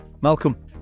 Malcolm